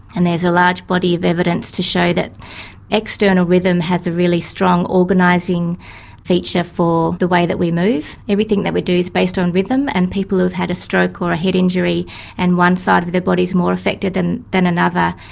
and there is a large body of evidence to show that external rhythm has a really strong organising feature for the way that we move. everything that we do is based on rhythm, and people who have had a stroke or a head injury and one side of their body is more affected than than another,